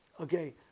Okay